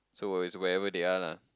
so we're is wherever they are la